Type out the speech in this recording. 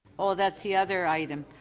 ah that's the other item.